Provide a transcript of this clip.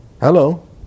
Hello